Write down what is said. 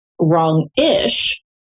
wrong-ish